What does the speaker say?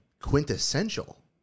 quintessential